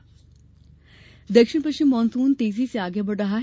monsoon दक्षिण पश्चिम monsoon तेजी से आगे बढ़ रहा है